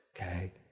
Okay